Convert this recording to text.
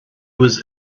was